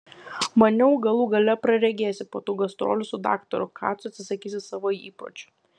maniau galų gale praregėsi po tų gastrolių su daktaru kacu atsisakysi savo įpročių